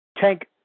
Tank